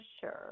sure